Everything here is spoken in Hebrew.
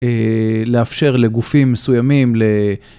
לאפשר לגופים מסוימים ל...